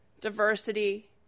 diversity